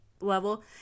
level